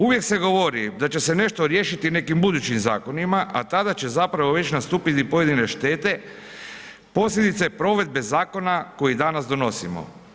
Uvijek se govori da će se nešto riješiti nekim budućim zakonima, a tada će već nastupiti i pojedine štete, posljedice provedbe zakona koji danas donosimo.